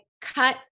cut